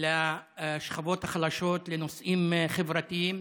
לשכבות החלשות, לנושאים חברתיים.